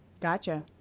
Gotcha